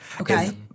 Okay